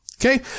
Okay